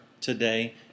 today